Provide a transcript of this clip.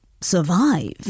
survive